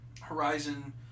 Horizon